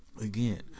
Again